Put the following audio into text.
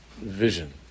vision